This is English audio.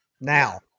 Now